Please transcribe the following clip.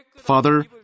Father